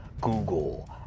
google